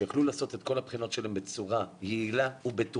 שיוכלו לעשות את כל הבחינות שלהם בצורה יעילה ובטוחה.